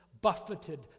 buffeted